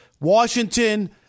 Washington